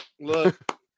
look